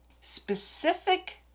specific